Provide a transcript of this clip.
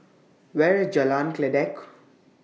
Where IS Jalan Kledek